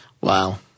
Wow